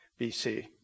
BC